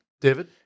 David